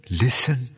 listen